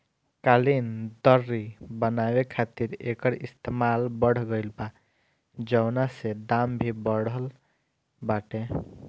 कालीन, दर्री बनावे खातिर एकर इस्तेमाल बढ़ गइल बा, जवना से दाम भी बढ़ल बाटे